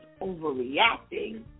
overreacting